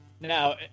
Now